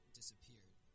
disappeared